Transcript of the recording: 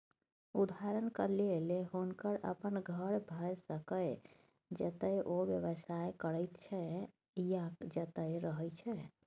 उदहारणक लेल हुनकर अपन घर भए सकैए जतय ओ व्यवसाय करैत छै या जतय रहय छै